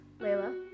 Layla